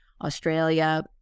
Australia